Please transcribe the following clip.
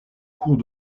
cours